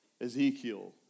Ezekiel